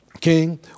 King